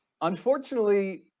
Unfortunately